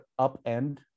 upend